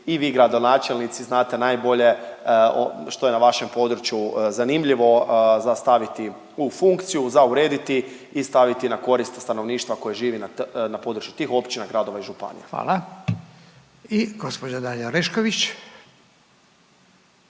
i vi gradonačelnici znate najbolje što je na vašem području zanimljivo za staviti u funkciju, za urediti i staviti na korist stanovništva koje živi na području tih općina, gradova i županija. **Radin, Furio